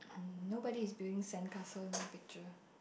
nobody is building sandcastle in my picture